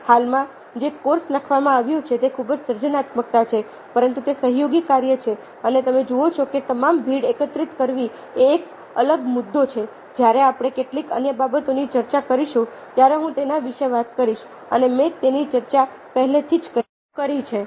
હાલમાં જે કોર્સ લખવામાં આવ્યા છે તે ખૂબ જ સર્જનાત્મક છે પરંતુ તે સહયોગી કાર્ય છે અને તમે જુઓ છો કે તમામ ભીડ એકત્રિત કરવી એ એક અલગ મુદ્દો છે જ્યારે આપણે કેટલીક અન્ય બાબતોની ચર્ચા કરીશું ત્યારે હું તેના વિશે વાત કરીશ અને મેં તેની ચર્ચા પહેલાથી જ કરી છે